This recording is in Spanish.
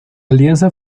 alianza